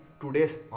today's